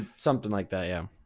something like that, yeah.